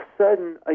sudden